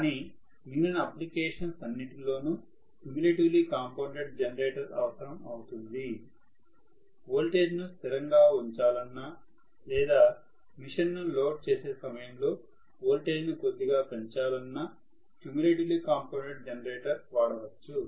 కానీ మిగిలిన అప్లికేషన్స్ అన్నిటిలోను క్యుములేటివ్లీ కాంపౌండెడ్ జనరేటర్ అవసరం అవుతుంది వోల్టేజ్ ను స్థిరంగా ఉంచాలన్న లేదా మెషిన్ ను లోడ్ చేసే సమయంలో వోల్టేజ్ ను కొద్దిగా పెంచాలన్నక్యుములేటివ్లీ కాంపౌండెడ్ జనరేటర్ వాడవచ్చు